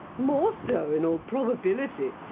more so, in all probability,